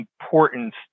importance